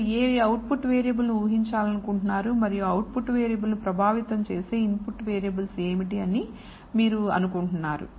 మీరు ఏ output variable ను ఊహించాలనుకుంటున్నారు మరియు అవుట్పుట్ వేరియబుల్ ను ప్రభావితం చేసే ఇన్పుట్ వేరియబుల్స్ ఏమిటి అని మీరు అనుకుంటున్నారు